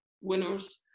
winners